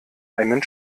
einen